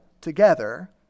together